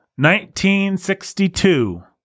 1962